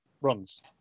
runs